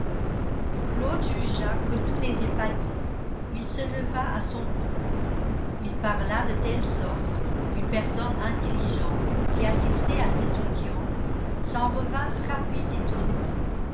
claude jugea que tout n'était pas dit il se leva à son tour il parla de telle sorte qu'une personne intelligente qui assistait à cette audience s'en revint frappée d'étonnement